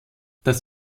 das